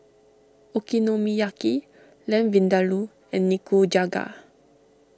Okonomiyaki Lamb Vindaloo and Nikujaga